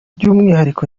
by’umwihariko